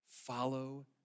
Follow